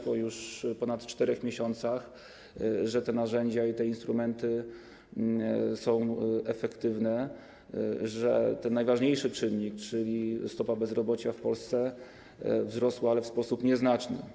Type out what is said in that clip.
Po ponad 4 miesiącach widać już, że te narzędzia i te instrumenty są efektywne, że ten najważniejszy czynnik, czyli stopa bezrobocia w Polsce, wzrósł, ale w sposób nieznaczny.